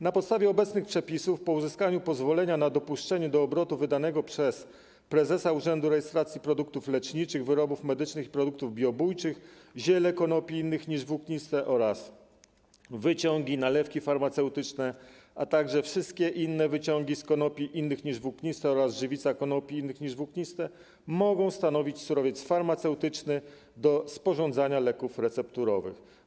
Na podstawie obecnych przepisów po uzyskaniu pozwolenia na dopuszczenia do obrotu wydanego przez prezesa Urzędu Rejestracji Produktów Leczniczych, Wyrobów Medycznych i Produktów Biobójczych ziele konopi innych niż włókniste oraz wyciągi, nalewki farmaceutyczne, a także wszystkie inne wyciągi z konopi innych niż włókniste oraz żywica konopi innych niż włókniste mogą stanowić surowiec farmaceutyczny do sporządzania leków recepturowych.